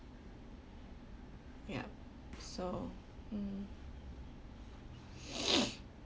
ya so mm